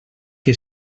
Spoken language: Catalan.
que